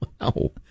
Wow